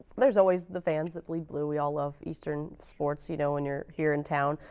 there's always the fans that bleed blue, we all love eastern sports, you know, when you're here in town,